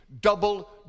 double